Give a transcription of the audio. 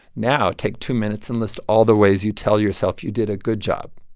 now take two minutes and list all the ways you tell yourself you did a good job.